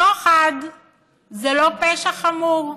שוחד זה לא פשע חמור,